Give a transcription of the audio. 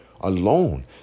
alone